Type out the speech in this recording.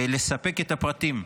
לספק את הפרטים.